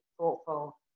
thoughtful